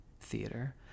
Theater